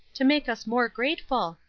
to make us more grateful.